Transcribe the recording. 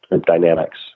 dynamics